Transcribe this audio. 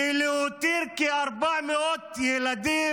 ולהותיר כ-400 ילדים,